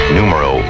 Numero